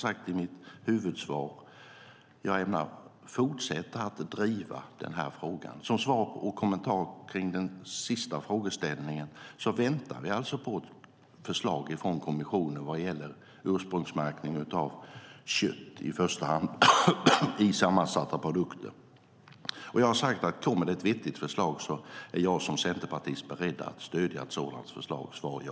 Jag ämnar fortsätta att driva den här frågan. Som kommentar till den sista frågeställningen vill jag säga att vi väntar på förslag från kommissionen vad gäller ursprungsmärkning av i första hand kött i sammansatta produkter. Jag har sagt att om det kommer ett vettigt förslag är jag som centerpartist beredd att stödja ett sådant. Svaret är ja.